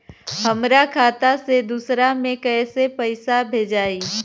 हमरा खाता से दूसरा में कैसे पैसा भेजाई?